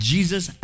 Jesus